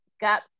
got